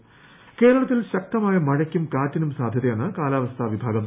മഴ കേരളത്തിൽ ശക്തമായ മഴയ്ക്കും കാറ്റിനും സാധ്യതയെന്ന് കാലാവസ്ഥാ വിഭാഗം